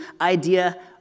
idea